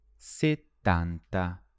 settanta